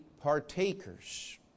partakers